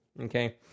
okay